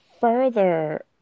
Further